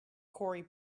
corey